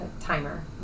timer